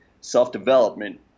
self-development